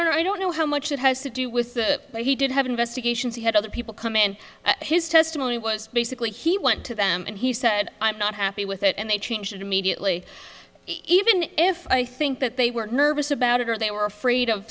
and i don't know how much that has to do with that but he did have investigations he had other people come in and his testimony was basically he went to them and he said i'm not happy with it and they changed it immediately even if i think that they were nervous about it or they were afraid of